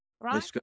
right